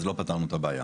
אז לא פתרנו את הבעיה.